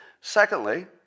Secondly